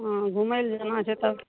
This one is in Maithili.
हाँ घुमय लए जेनाइ छै तब